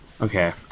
Okay